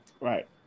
right